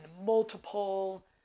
multiple